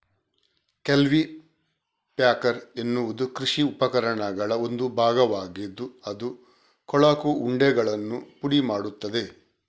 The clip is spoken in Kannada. ಕಲ್ಟಿ ಪ್ಯಾಕರ್ ಎನ್ನುವುದು ಕೃಷಿ ಉಪಕರಣಗಳ ಒಂದು ಭಾಗವಾಗಿದ್ದು ಅದು ಕೊಳಕು ಉಂಡೆಗಳನ್ನು ಪುಡಿ ಮಾಡುತ್ತದೆ